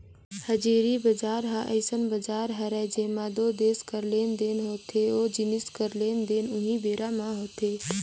हाजिरी बजार ह अइसन बजार हरय जेंमा दू देस कर लेन देन होथे ओ जिनिस कर लेन देन उहीं बेरा म होथे